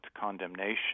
condemnation